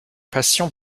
passion